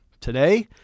Today